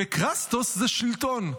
ו-kratos זה "שלטון".